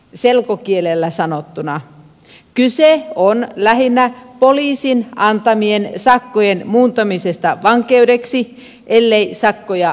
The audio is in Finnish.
selkokielellä sanottuna kyse on lähinnä poliisin antamien sakkojen muuntamisesta vankeudeksi ellei sakkoja makseta